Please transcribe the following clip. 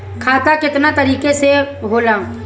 खाता केतना तरीका के होला?